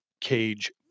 Cage